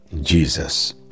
Jesus